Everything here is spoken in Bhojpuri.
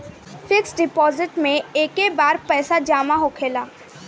फिक्स डीपोज़िट मे एके बार पैसा जामा होखेला